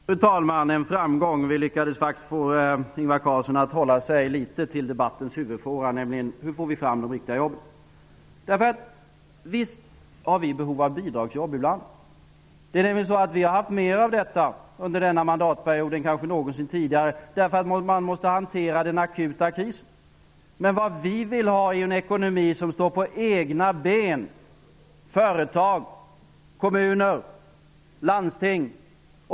Fru talman! Vi har nått en framgång. Vi lyckades faktiskt få Ingvar Carlsson att hålla sig litet till debattens huvudfråga, dvs. frågan om hur man skall få fram de riktiga jobben. Visst finns det ibland behov av bidragsjobb. Vi har haft fler sådana under denna mandatperiod än man kanske har haft någon gång tidigare. Detta har vi haft, eftersom den akuta krisen måste hanteras. Men vad vi vill ha är en ekonomi som står på egna ben. Det gäller företag, kommuner, landsting.